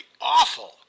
awful